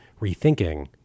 rethinking